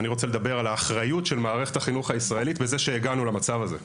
אלא על האחריות של מערכת החינוך בזה בכך שהגענו למצב הזה.